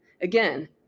Again